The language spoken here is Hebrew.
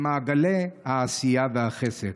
למעגלי העשייה והחסד.